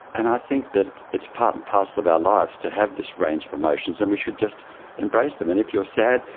and i think that it's part and parcel of our lives to have this range of emotions and we should just embrace them. and if you're sad,